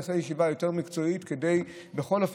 ונעשה ישיבה יותר מקצועית כדי בכל זאת